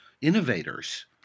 innovators